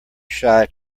shy